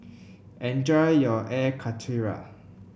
enjoy your Air Karthira